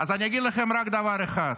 אז אני אגיד לכם רק דבר אחד,